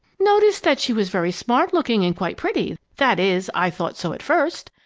noticed that she was very smart looking and quite pretty that is, i thought so at first.